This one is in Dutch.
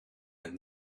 het